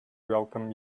welcome